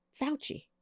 Fauci